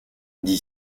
d’y